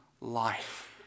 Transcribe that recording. life